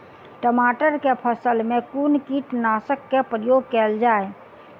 टमाटर केँ फसल मे कुन कीटनासक केँ प्रयोग कैल जाय?